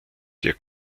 der